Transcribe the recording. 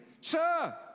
Sir